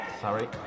Sorry